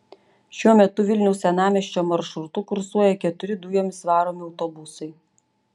šiuo metu vilniaus senamiesčio maršrutu kursuoja keturi dujomis varomi autobusai